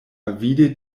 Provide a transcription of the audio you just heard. avide